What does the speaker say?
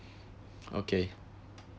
okay